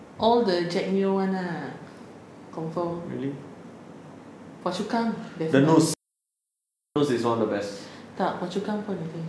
all the jack neo one lah confirm phua chu kang definitely ah tak phua chu kang pun I think